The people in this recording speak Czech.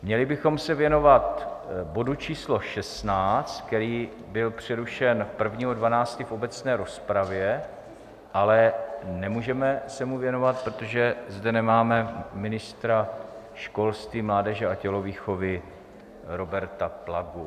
Měli bychom se věnovat bodu číslo šestnáct, který byl přerušen 1. 12. v obecné rozpravě, ale nemůžeme se mu věnovat, protože zde nemáme ministra školství, mládeže a tělovýchovy Roberta Plagu.